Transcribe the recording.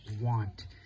want